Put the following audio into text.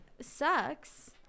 sucks